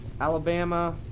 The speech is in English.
Alabama